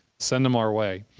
send them our way.